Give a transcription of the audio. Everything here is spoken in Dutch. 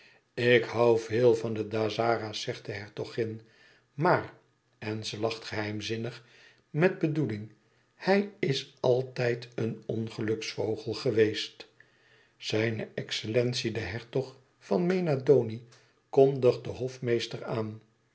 ik hoû veel van de dazzara's zegt de hertogin maar en ze lacht geheimzinnig met bedoeling hij is altijd een ongeluksvogel geweest zijne excellentie de hertog van mena doni kondigt de hofmeester aan